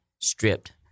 stripped